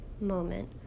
moment